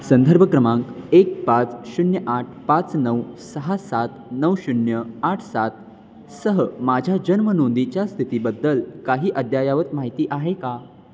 संदर्भ क्रमांक एक पाच शून्य आठ पाच नऊ सहा सात नऊ शून्य आठ सात सह माझ्या जन्म नोंदीच्या स्थितीबद्दल काही अद्यायावत माहिती आहे का